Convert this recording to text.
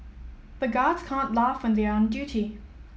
the guards can't laugh when they are on duty